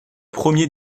premier